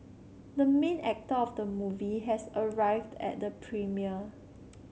the main actor of the movie has arrived at the premiere